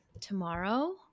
tomorrow